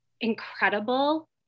incredible